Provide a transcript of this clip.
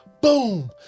boom